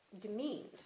demeaned